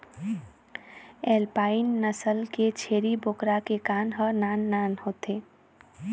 alpine नसल के छेरी बोकरा के कान ह नान नान होथे